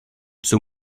zur